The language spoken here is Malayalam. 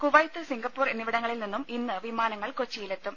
കുവൈത്ത് സിംഗപ്പൂർ എന്നിവിടങ്ങളിൽ നിന്നും ഇന്ന് വിമാനങ്ങൾ കൊച്ചിയിൽ എത്തും